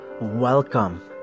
Welcome